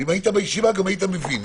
ואם היית בישיבה, היית מבין.